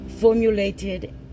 formulated